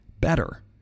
better